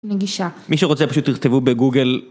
מגישה. מי שרוצה פשוט תכתבו בגוגל